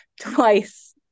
twice